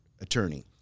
attorney